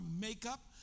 makeup